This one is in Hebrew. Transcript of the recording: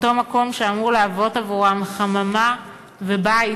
אותו מקום שאמור להוות עבורם חממה ובית